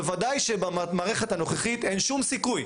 ובוודאי שבמערכת הנוכחית אין שום סיכוי